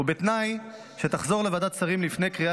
ובתנאי שתחזור לוועדת שרים לפני קריאה